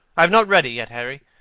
i have not read it yet, harry.